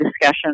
discussion